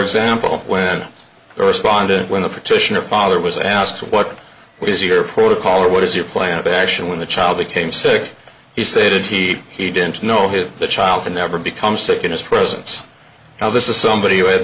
example when they responded when the petitioner father was asked what was your protocol or what is your plan of action when the child became sick he said he he didn't know who the child can never become sick in his presence now this is somebody who had